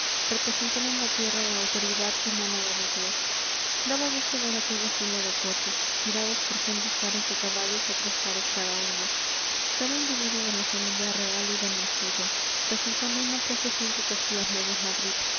representaba en la tierra la autoridad emanada de dios daba gusto ver aquella fila de coches tirados por sendos pares de caballos a tres pares cada uno cada individuo de la familia real iba en el suyo resultando una procesión que cogía medio madrid